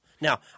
Now